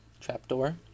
trapdoor